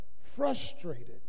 frustrated